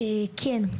א': כן.